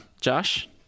Josh